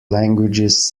languages